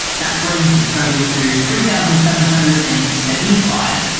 that brings the total to three thousand seven hundred and seventy five.